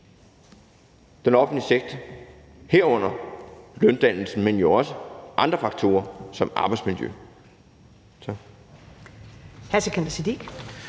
den offentlige sektor, herunder løndannelsen, men jo også andre faktorer som arbejdsmiljø.